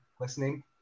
listening